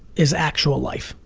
is actual life.